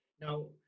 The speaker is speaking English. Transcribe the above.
Now